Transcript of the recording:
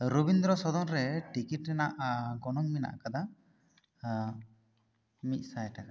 ᱨᱚᱵᱤᱱᱫᱨᱚ ᱥᱚᱫᱚᱱ ᱨᱮ ᱴᱤᱠᱤᱴ ᱨᱮᱱᱟᱜ ᱜᱚᱱᱚᱝ ᱢᱮᱱᱟᱜ ᱟᱠᱟᱫᱟ ᱢᱤᱫ ᱥᱟᱭ ᱴᱟᱠᱟ